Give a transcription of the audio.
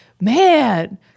man